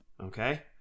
okay